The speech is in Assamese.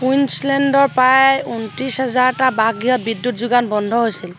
কুইনছলেণ্ডৰ প্ৰায় ঊনত্ৰিছ হাজাৰটা বাসগৃহত বিদ্যুৎ যোগান বন্ধ হৈছিল